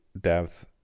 depth